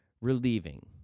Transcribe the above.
relieving